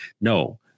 no